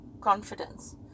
confidence